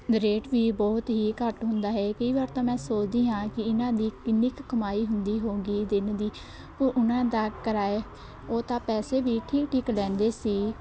rate ਵੀ ਬਹੁਤ ਹੀ ਘੱਟ ਹੁੰਦਾ ਹੈ ਕਈ ਵਾਰ ਤਾਂ ਮੈਂ ਸੋਚਦੀ ਹਾਂ ਕਿ ਇਹਨਾਂ ਦੀ ਕਿੰਨੀ ਕੁ ਕਮਾਈ ਹੁੰਦੀ ਹੋਵੇਗੀ ਦਿਨ ਦੀ ਉਹਨਾਂ ਦਾ ਕਿਰਾਏ ਉਹ ਤਾਂ ਪੈਸੇ ਵੀ ਠੀਕ ਠੀਕ ਲੈਂਦੇ ਸੀ